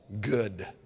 good